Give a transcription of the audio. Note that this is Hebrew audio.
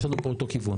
יש לנו פה אותו כיוון.